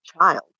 child